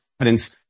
evidence